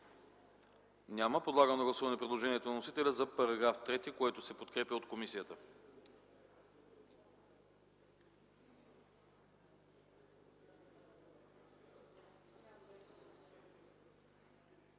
Няма. Подлагам на гласуване предложението на вносителя за § 3, който се подкрепя от комисията.